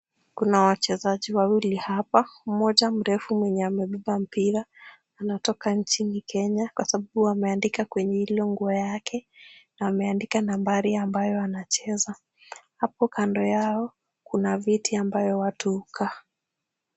Kuna wachezaji wawili hapa mmoja mrefu mwenye amebeba mpira anatoka nchini Kenya kwa sababu wameandika kwenye hilo nguo yake na wameandika nambari ambayo anacheza. Hapo kando yao kuna viti ambayo watu hukaa.